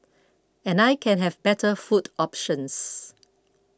and I can have better food options